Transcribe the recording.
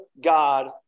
God